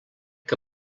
que